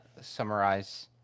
summarize